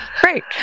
Great